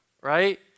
right